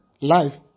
life